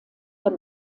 der